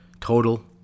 total